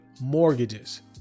mortgages